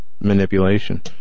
manipulation